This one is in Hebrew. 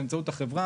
באמצעות החברה,